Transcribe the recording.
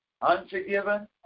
unforgiven